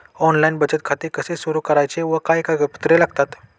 Online बचत खाते कसे सुरू करायचे व काय कागदपत्रे लागतात?